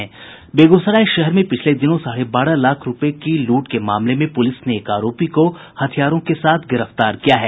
बेगूसराय शहर में पिछले दिनों साढ़े बारह लाख रूपये की लूट के मामले में प्रलिस ने एक आरोपी को हथियारों के साथ गिरफ्तार किया है